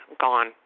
gone